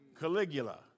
Caligula